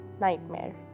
Nightmare